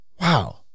wow